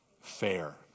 fair